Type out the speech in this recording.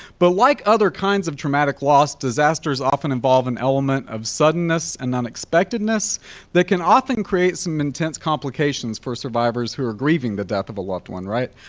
but like other kinds of traumatic loss, disasters often involve an element of suddenness and unexpectedness that can often create some intense complications for survivors who are grieving the death of a loved one, right?